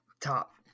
top